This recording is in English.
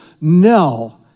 no